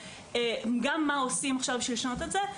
מה עושים בשביל לשנות את זה,